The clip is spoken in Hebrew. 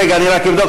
נתקבלה.